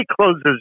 closes